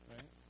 Right